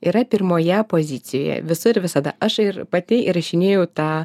yra pirmoje pozicijoje visur visada aš ir pati įrašinėju tą